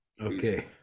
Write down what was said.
Okay